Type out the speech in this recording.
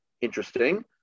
interesting